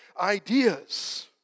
ideas